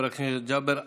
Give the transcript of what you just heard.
חבר הכנסת ג'אבר עסאקלה.